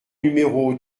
numéro